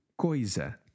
Coisa